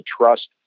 trust